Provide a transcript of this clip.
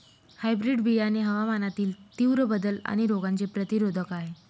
hybrid बियाणे हवामानातील तीव्र बदल आणि रोगांचे प्रतिरोधक आहे